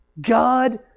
God